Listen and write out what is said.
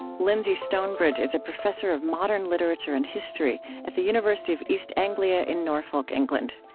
lyndsey stonebridge is a professor of modern literature and history at the university of east anglia in norfolk, england.